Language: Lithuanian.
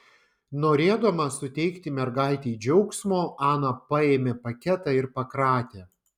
norėdama suteikti mergaitei džiaugsmo ana paėmė paketą ir pakratė